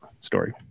story